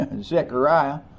Zechariah